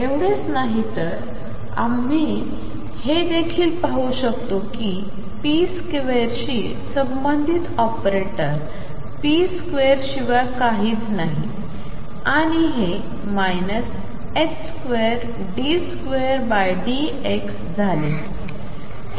एवढेच नाही तर आम्ही हे देखील पाहू शकतो की p2 शी संबंधित ऑपरेटर p2 शिवाय काहीच नव्हते आणि हे 2d2dx2 झाले